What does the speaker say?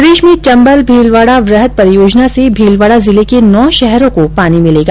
प्रदेश में चम्बल भीलवाड़ा वृहद परियोजना से भीलवाड़ा जिले के नौ शहरों को पानी मिलेगा